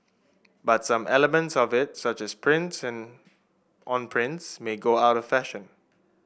but some elements of it such as prints in on prints may go out of fashion